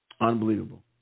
Unbelievable